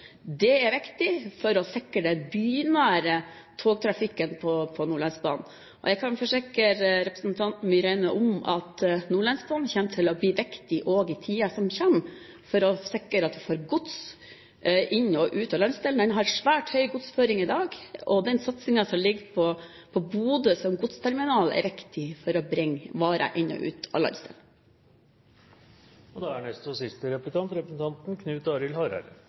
Det er viktig for å sikre den bynære togtrafikken på Nordlandsbanen. Og jeg kan forsikre representanten Myraune om at Nordlandsbanen kommer til å bli viktig også i tiden som kommer, for å sikre at man får gods inn og ut av landsdelen. Banen har en svært høy godsføring i dag, og den satsingen som ligger på Bodø som godsterminal, er viktig for å bringe varer inn og ut av landsdelen.